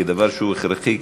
כדבר שהוא הכרחי,